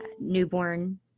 newborn